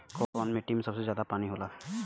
कौन मिट्टी मे सबसे ज्यादा पानी होला?